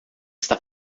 está